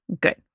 Good